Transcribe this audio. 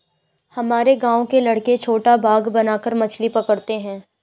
हमारे गांव के लड़के छोटा बांध बनाकर मछली पकड़ते हैं